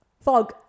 Fog